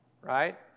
right